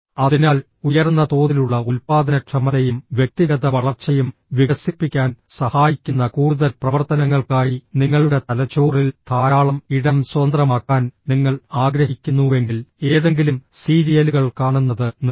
അതിനാൽ ഉയർന്ന തോതിലുള്ള ഉൽപ്പാദനക്ഷമതയും വ്യക്തിഗത വളർച്ചയും വികസിപ്പിക്കാൻ സഹായിക്കുന്ന കൂടുതൽ പ്രവർത്തനങ്ങൾക്കായി നിങ്ങളുടെ തലച്ചോറിൽ ധാരാളം ഇടം സ്വതന്ത്രമാക്കാൻ നിങ്ങൾ ആഗ്രഹിക്കുന്നുവെങ്കിൽ ഏതെങ്കിലും സീരിയലുകൾ കാണുന്നത് നിർത്തുക